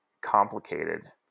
complicated